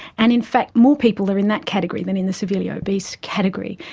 and in fact more people are in that category than in the severely obese category.